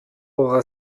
aura